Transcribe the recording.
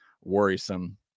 worrisome